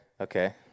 Okay